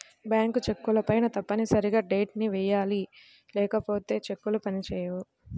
bank చెక్కులపైన తప్పనిసరిగా date ని వెయ్యాలి లేకపోతే చెక్కులు పని చేయవు